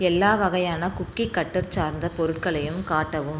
எல்லா வகையான cookie cutter சார்ந்த பொருள்களையும் காட்டவும்